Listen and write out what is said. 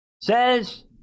says